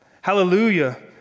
hallelujah